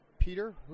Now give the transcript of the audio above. Peter